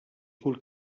kull